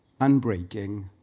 unbreaking